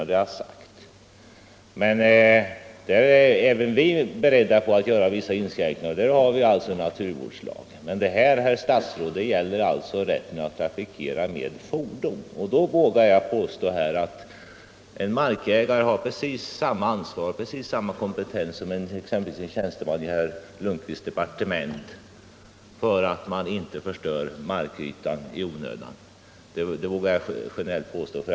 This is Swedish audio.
Ja, det har jag sagt, men även vi är beredda att göra vissa inskränkningar, och där har vi ju naturvårdslagen. Men nu gäller det, herr statsråd, rätten att trafikera med fordon. Då vågar jag påstå att en markägare har precis samma ansvar och kompetens som exempelvis en tjänsteman i herr Lundkvists departement för att se till att man inte förstör markytan i onödan. Det vågar jag generellt påstå.